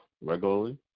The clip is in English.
regularly